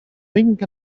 think